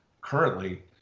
currently